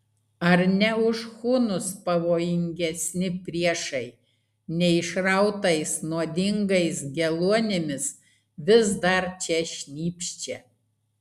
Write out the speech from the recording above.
ar ne už hunus pavojingesni priešai neišrautais nuodingais geluonimis vis dar čia šnypščia